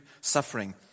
suffering